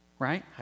Right